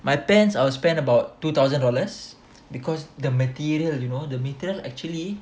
my pants I would spend about two thousand dollars because the materials you know the material actually